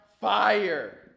fire